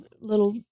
little